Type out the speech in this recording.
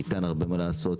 ניתן הרבה מה לעשות.